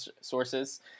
sources